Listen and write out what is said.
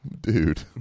dude